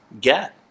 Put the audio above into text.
get